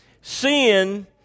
sin